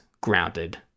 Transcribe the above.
grounded